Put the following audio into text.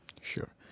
Sure